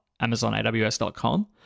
amazonaws.com